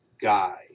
guy